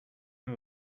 him